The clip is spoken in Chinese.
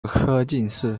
科进士